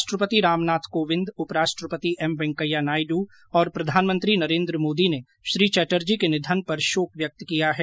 राष्ट्रपति रामनाथ कोविंद उप राष्ट्रपति एम वैंकेया नायडु और प्रधानमंत्री नरेन्द्र मोदी ने श्री चटर्जी के निधन पर शोक व्यक्त किया है